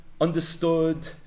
understood